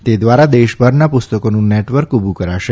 તે દ્વારા દેશભરના પુસ્તકોનું નેટવર્ક ઉભું કરાશે